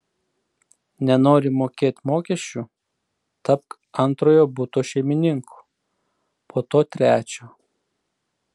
nenori mokėt mokesčių tapk antrojo buto šeimininku po to trečio